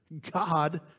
God